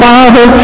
Father